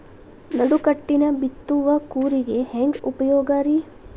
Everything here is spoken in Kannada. ನಡುಕಟ್ಟಿನ ಬಿತ್ತುವ ಕೂರಿಗೆ ಹೆಂಗ್ ಉಪಯೋಗ ರಿ?